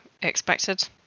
expected